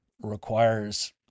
requires